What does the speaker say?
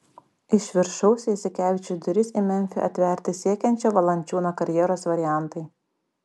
iš viršaus jasikevičiui duris į memfį atverti siekiančio valančiūno karjeros variantai